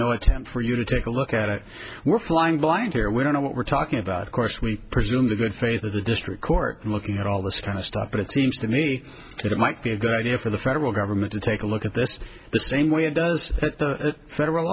no attempt for you to take a look at it we're flying blind here we don't know what we're talking about of course we presume the good faith of the district court in looking at all this kind of stuff but it seems to me that it might be a good idea for the federal government to take a look at this the same way it does federal